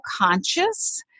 conscious